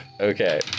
Okay